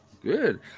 Good